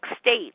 states